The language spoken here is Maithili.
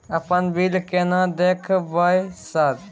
अपन बिल केना देखबय सर?